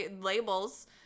labels